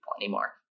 anymore